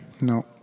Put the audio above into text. No